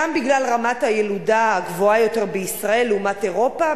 גם בגלל רמת הילודה הגבוהה יותר בישראל לעומת אירופה,